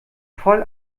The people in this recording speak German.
voll